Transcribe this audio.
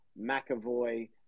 McAvoy